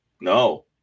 No